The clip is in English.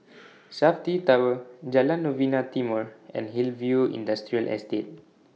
Safti Tower Jalan Novena Timor and Hillview Industrial Estate